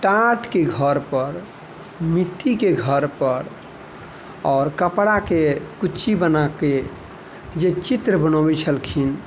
टाटके घरपर मिट्टीके घरपर आओर कपड़ाके कुच्ची बनाके जे चित्र बनाबै छलखिन